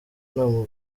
nta